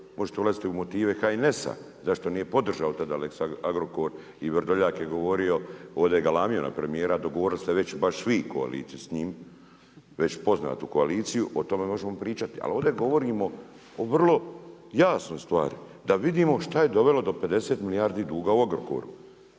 Možete ulaziti u motive HNS-a zašto nije podržao tada lex Agrokor i Vrdoljak je govorio ovdje je galamio na premijere, dogovorili ste već baš vi koaliciju s njim, već poznatu koaliciju o tome možemo pričati. Ali ovdje govorimo o vrlo jasnoj stvari, da vidimo šta je dovelo do 50 milijardi duga u Agrokoru.